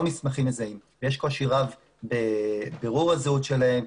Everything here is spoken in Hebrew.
מסמכים מזהים ויש קושי רב בבירור הזהות שלהם,